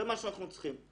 זה מה שאנחנו צריכים,